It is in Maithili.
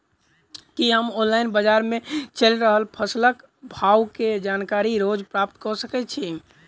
की हम ऑनलाइन, बजार मे चलि रहल फसलक भाव केँ जानकारी रोज प्राप्त कऽ सकैत छी?